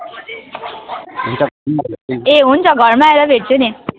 ए हुन्छ घरमा आएर भेट्छु नि